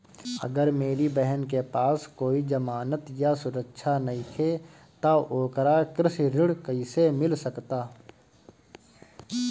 अगर मेरी बहन के पास कोई जमानत या सुरक्षा नईखे त ओकरा कृषि ऋण कईसे मिल सकता?